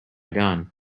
done